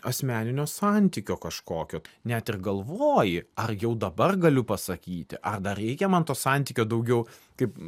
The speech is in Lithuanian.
asmeninio santykio kažkokio net ir galvoji ar jau dabar galiu pasakyti ar dar reikia man to santykio daugiau kaip